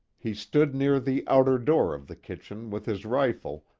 he stood near the outer door of the kitchen, with his rifle,